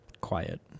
quiet